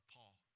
Paul